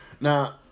Now